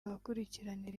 abakurikiranira